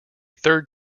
third